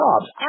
jobs